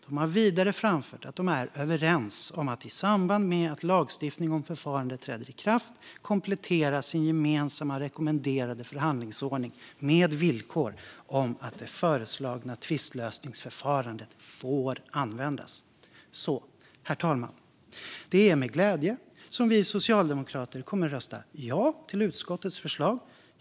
De har vidare framfört att de är överens om att i samband med att lagstiftning om förfarandet träder i kraft komplettera sin gemensamma rekommenderade förhandlingsordning med villkor om att det föreslagna tvistlösningsförfarandet får användas. Herr talman! Det är med glädje som vi socialdemokrater kommer att rösta ja till utskottets förslag.